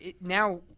now